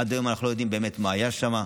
עד היום אנחנו לא יודעים באמת מה היה שם,